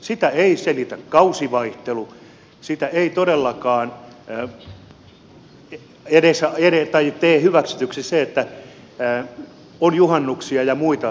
sitä ei selitä kausivaihtelu sitä ei todellakaan tee hyväksytyksi se että on juhannuksia ja muita sijoittuvia